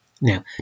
Now